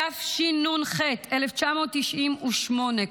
התשנ"ח 1998,